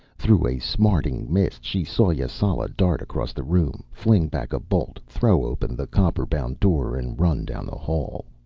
through a smarting mist she saw yasala dart across the room, fling back a bolt, throw open the copper-bound door and run down the hall.